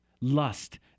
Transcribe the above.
Lust